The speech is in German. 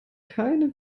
keine